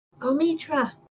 Omitra